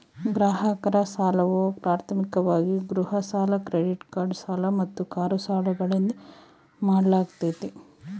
ಗ್ರಾಹಕರ ಸಾಲವು ಪ್ರಾಥಮಿಕವಾಗಿ ಗೃಹ ಸಾಲ ಕ್ರೆಡಿಟ್ ಕಾರ್ಡ್ ಸಾಲ ಮತ್ತು ಕಾರು ಸಾಲಗಳಿಂದ ಮಾಡಲಾಗ್ತೈತಿ